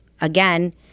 again